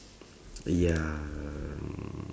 ya